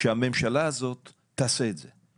שהממשלה הזאת תעשה את זה.